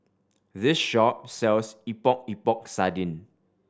this shop sells Epok Epok Sardin